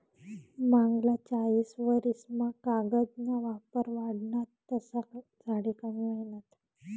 मांगला चायीस वरीस मा कागद ना वापर वाढना तसा झाडे कमी व्हयनात